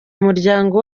muryango